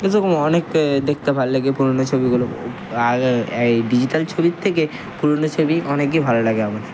এরকম অনেক দেখতে ভাল্লাগে পুরনো ছবিগুলো আগে এই ডিজিটাল ছবির থেকে পুরনো ছবি অনেকই ভালো লাগে আমার